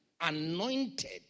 anointed